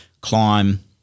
climb